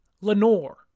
Lenore